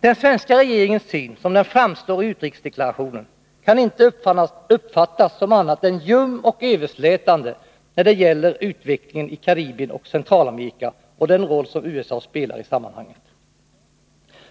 Den svenska regeringens syn sådan den framstår i utrikesdeklarationen kan inte uppfattas som annat än ljum och överslätande när det gäller utvecklingen i Karibien och Centralamerika och den roll som USA spelar i sammanhanget.